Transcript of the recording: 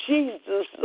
Jesus